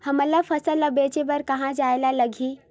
हमन ला फसल ला बेचे बर कहां जाये ला लगही?